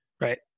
Right